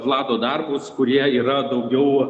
vlado darbus kurie yra daugiau